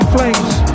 Flames